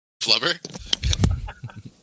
Flubber